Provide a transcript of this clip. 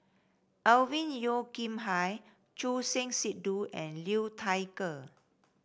Alvin Yeo Khirn Hai Choor Singh Sidhu and Liu Thai Ker